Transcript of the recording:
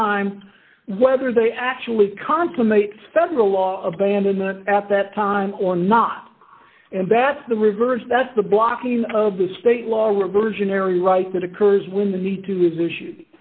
time whether they actually consummates federal law abandonment at that time or not and that's the reverse that's the blocking of the state law reversionary rights that occurs when the need to is issue